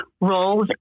roles